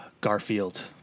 Garfield